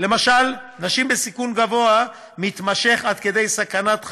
למשל נשים בסיכון גבוה מתמשך, עד כדי סכנת חיים,